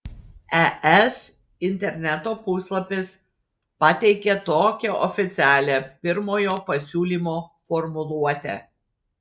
es interneto puslapis pateikia tokią oficialią pirmojo pasiūlymo formuluotę